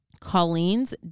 colleen's